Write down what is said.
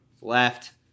Left